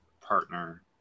partner